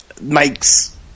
makes